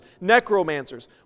necromancers